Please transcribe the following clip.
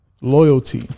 loyalty